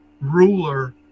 ruler